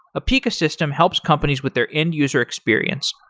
apica system helps companies with their end-user experience,